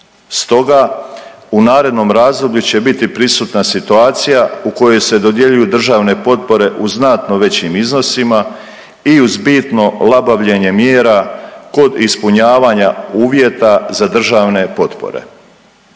Stoga u narednom razdoblju će biti prisutna situacija u kojoj se dodjeljuju državne potpore u znatno većim iznosima i uz bitno labavljenje mjera kod ispunjavanja uvjeta za državne potpore.